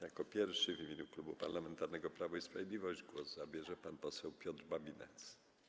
Jako pierwszy w imieniu Klubu Parlamentarnego Prawo i Sprawiedliwość głos zabierze pan poseł Piotr Babinetz.